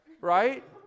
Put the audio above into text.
right